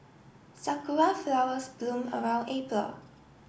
sakura flowers bloom around April